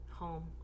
home